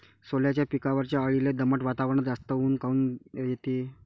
सोल्याच्या पिकावरच्या अळीले दमट वातावरनात जास्त ऊत काऊन येते?